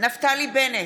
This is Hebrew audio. נפתלי בנט,